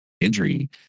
injury